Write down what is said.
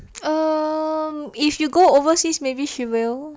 err if you go overseas maybe she will